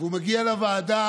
והוא מגיע לוועדה